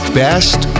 best